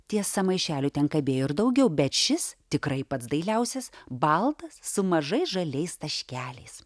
tiesa maišelių ten kabėjo ir daugiau bet šis tikrai pats dailiausias baltas su mažais žaliais taškeliais